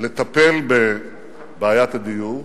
לטפל בבעיית הדיור,